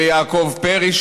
ויעקב פרי,